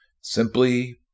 Simply